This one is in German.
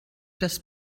das